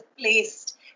placed